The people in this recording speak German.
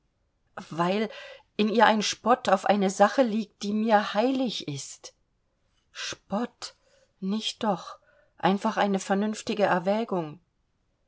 weil in ihr ein spott auf eine sache liegt die mir heilig ist spott nicht doch einfach eine vernünftige erwägung